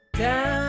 down